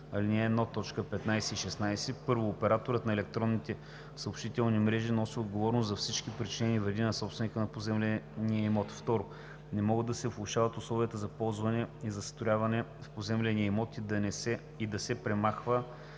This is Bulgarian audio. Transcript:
1, т. 15 и 16: 1. операторът на електронна съобщителна мрежа носи отговорност за всички причинени вреди на собственика на поземления имот; 2. не могат да се влошават условията на ползване и застрояване в поземления имот и да се премахва